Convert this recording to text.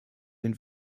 den